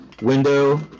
window